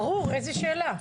ברור, איזו שאלה.